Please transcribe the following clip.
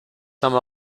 some